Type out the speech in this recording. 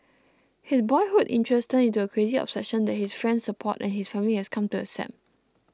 his boyhood interest turned into a crazy obsession that his friends support and his family has come to accept